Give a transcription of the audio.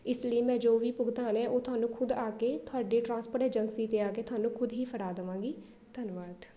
ਇਸ ਲਈ ਮੈਂ ਜੋ ਵੀ ਭੁਗਤਾਨ ਹੈ ਉਹ ਤੁਹਾਨੂੰ ਖੁਦ ਆ ਕੇ ਤੁਹਾਡੇ ਟਰਾਂਸਪੋਰਟ ਏਜੰਸੀ 'ਤੇ ਆ ਕੇ ਤੁਹਾਨੂੰ ਖੁਦ ਹੀ ਫੜਾ ਦੇਵਾਂਗੀ ਧੰਨਵਾਦ